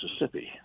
Mississippi